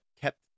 kept